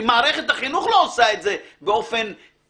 אם מערכת החינוך לא עושה את זה באופן סיסטמתי,